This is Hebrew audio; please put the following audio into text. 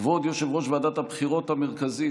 כבוד יושב-ראש ועדת הבחירות המרכזית